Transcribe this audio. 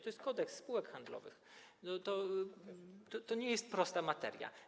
To jest Kodeks spółek handlowych, to nie jest prosta materia.